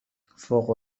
فوق